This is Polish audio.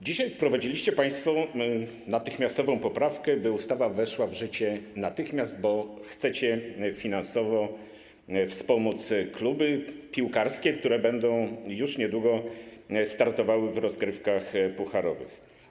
Dzisiaj wprowadziliście państwo poprawkę, by ustawa weszła w życie natychmiast, bo chcecie finansowo wspomóc kluby piłkarskie, które już niedługo będą startowały w rozgrywkach pucharowych.